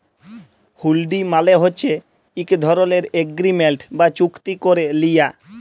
হুল্ডি মালে হছে ইক ধরলের এগ্রিমেল্ট বা চুক্তি ক্যারে লিয়া